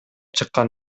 чыккан